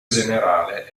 generale